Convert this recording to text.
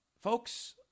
folks